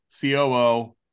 coo